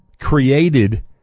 created